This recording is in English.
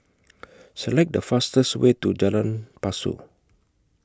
Select The fastest Way to Lorong Pasu